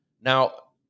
Now